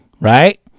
right